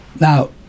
Now